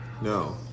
No